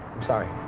i'm sorry.